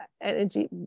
energy